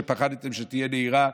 שפחדתם שתהיה נהירה,